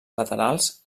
laterals